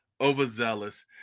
overzealous